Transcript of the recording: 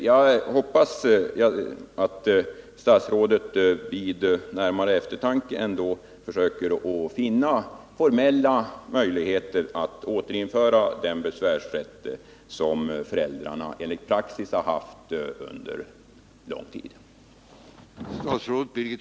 Jag hoppas att statsrådet vid närmare eftertanke ändå försöker finna formella möjligheter att återinföra den besvärsrätt som föräldrarna enligt praxis sedan lång tid har haft.